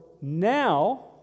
now